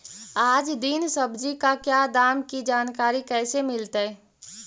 आज दीन सब्जी का क्या दाम की जानकारी कैसे मीलतय?